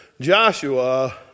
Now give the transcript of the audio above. Joshua